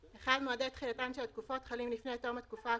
(1)מועדי תחילתן של התקופות חלים לפני תום התקופה הקובעת,